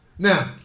Now